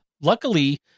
luckily